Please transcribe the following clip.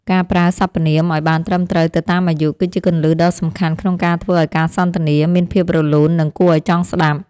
ការប្រើសព្វនាមឱ្យបានត្រឹមត្រូវទៅតាមអាយុ គឺជាគន្លឹះដ៏សំខាន់ក្នុងការធ្វើឱ្យការសន្ទនាមានភាពរលូននិងគួរឱ្យចង់ស្តាប់។